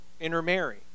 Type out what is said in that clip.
intermarry